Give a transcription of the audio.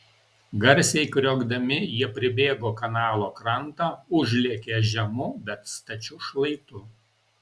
garsiai kriokdami jie pribėgo kanalo krantą užlėkė žemu bet stačiu šlaitu